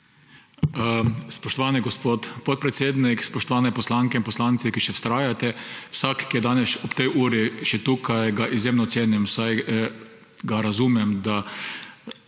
Spoštovani gospod podpredsednik, spoštovani poslanke in poslanci, ki še vztrajate! Vsak, ki je danes ob tej uri še tukaj, ga izjemno cenim, saj ga razumem, da